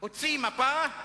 הוציא מפה,